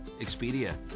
Expedia